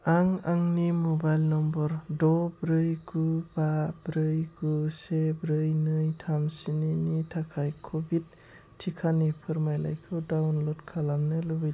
आं आंनि mobile number द ब्रै गु बा ब्रै गु से ब्रै नै थाम स्निनि थाखाय कभिड टिकानि फोरमानलाइखौ डाउनल'ड खालामनो लुबैदों